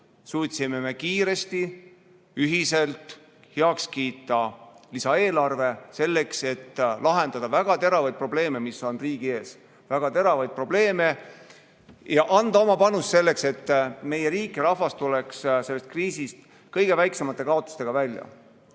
suutsime me ühiselt kiiresti heaks kiita lisaeelarve, selleks et lahendada väga teravaid probleeme, mis on riigi ees, ja anda oma panus selleks, et meie riik ja rahvas tuleks sellest kriisist kõige väiksemate kaotustega välja. Täna